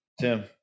Tim